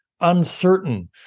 uncertain